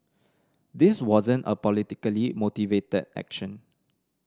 this wasn't a politically motivated action